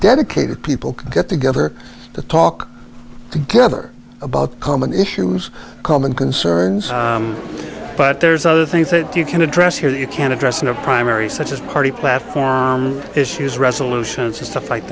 dedicated people get together to talk together about common issues common concerns but there's other things that you can address here that you can address in a primary such as party platform issues resolutions and stuff like